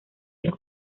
los